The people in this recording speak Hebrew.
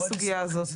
את הסוגיה הזאת.